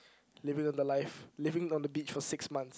living on the life living on the beach for six month